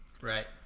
right